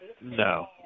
No